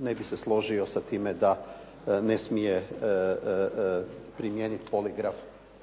ne bih se složio sa time da ne smije primijeniti poligraf,